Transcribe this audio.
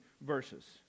verses